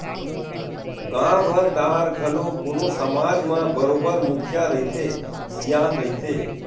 गाँव घर डाहर घलो कोनो समाज म बरोबर मुखिया रहिथे, सियान रहिथे